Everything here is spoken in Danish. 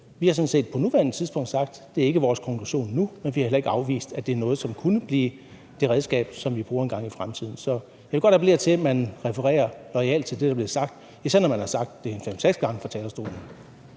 Vi har sådan set på nuværende tidspunkt sagt, at det ikke er vores konklusion nu; men vi har heller ikke afvist, at det er noget, som kunne blive det redskab, som vi bruger engang i fremtiden. Jeg vil godt appellere til, at man refererer det, der bliver sagt, loyalt, især når det er blevet sagt fem-seks gange fra talerstolen.